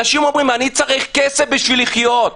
אנשים אומרים: אני צריך כסף בשביל לחיות.